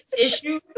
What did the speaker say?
issue